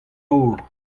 nor